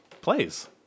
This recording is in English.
plays